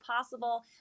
possible